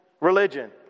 religion